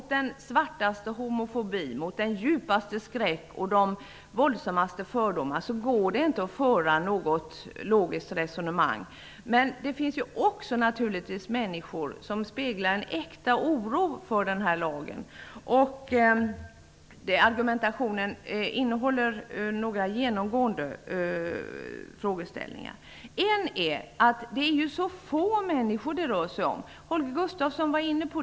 Mot den svartaste homofobi, mot den djupaste skräck och mot de våldsammaste fördomar går det inte att föra ett logiskt resonemang. Men det finns naturligtvis också människor som speglar en äkta oro för denna lag, och argumentationen av det slaget innehåller några genomgående frågeställningar. Man säger t.ex. att det är så få människor som det rör sig om, vilket Holger Gustafsson också var inne på.